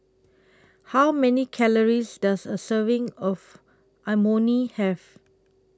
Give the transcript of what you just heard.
How Many Calories Does A Serving of Imoni Have